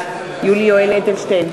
בעד יולי יואל אדלשטיין,